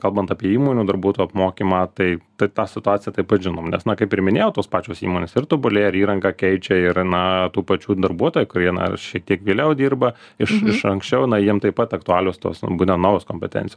kalbant apie įmonių darbuotojų apmokymą tai tai tą situaciją taip pat žinom nes na kaip ir minėjau tos pačios įmonės ir tobulėja ir įrangą keičia ir na tų pačių darbuotojų kurie na šiek tiek vėliau dirba iš iš anksčiau na jiem taip pat aktualios tos būtent naujos kompetenc